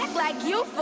like you